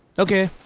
ok.